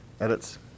edits